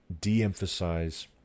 de-emphasize